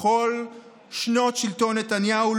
בכל שנות שלטון נתניהו,